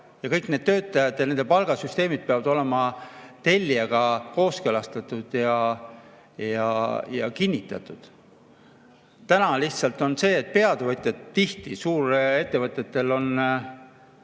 ja kõik need töötajad ja nende palgasüsteemid peavad olema tellijaga kooskõlastatud ja kinnitatud. Nüüd on lihtsalt nii, et tihti suurettevõtetel on